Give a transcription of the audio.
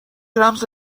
رمز